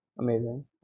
Amazing